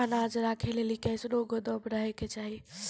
अनाज राखै लेली कैसनौ गोदाम रहै के चाही?